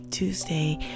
Tuesday